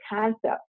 concept